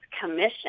commission